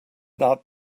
not